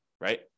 right